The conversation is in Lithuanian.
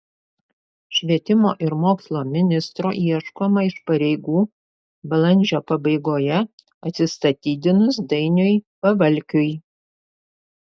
švietimo ir mokslo ministro ieškoma iš pareigų balandžio pabaigoje atsistatydinus dainiui pavalkiui